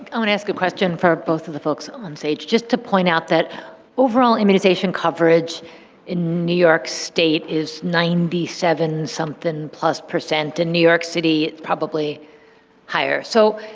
i want to ask a question for both of the folks on stage just to point out that overall immunization coverage in new york state is ninety seven something plus percent, in new york city it's probably higher. so,